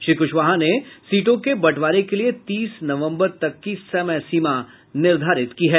श्री कुशवाहा ने सीटों के बंटवारे के लिए तीस नवम्बर तक की समय सीमा निर्धारित की है